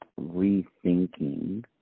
rethinking